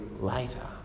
later